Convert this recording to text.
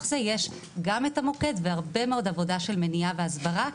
זה יש גם את המוקד והרבה מאוד עבודה של מניעה והסברה.